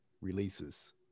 releases